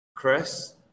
Chris